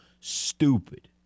stupid